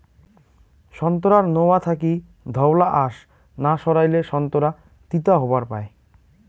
সোন্তোরার নোয়া থাকি ধওলা আশ না সারাইলে সোন্তোরা তিতা হবার পায়